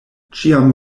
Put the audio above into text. ĉiam